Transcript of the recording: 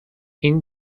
این